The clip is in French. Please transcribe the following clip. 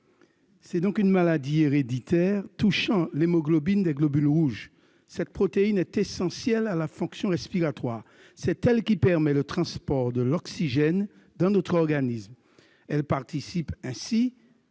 est une maladie héréditaire qui touche l'hémoglobine. Cette protéine est essentielle à la fonction respiratoire. C'est elle qui permet le transport de l'oxygène dans notre organisme. Elle participe aussi à l'élimination